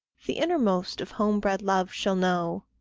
the innermost of home-bred love shall know!